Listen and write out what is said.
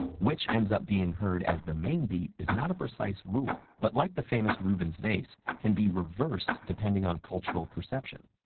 which ends up being heard as the main beat is not a precise rule, but like the famous rubin's vase, can be reversed depending on cultural perception.